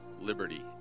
liberty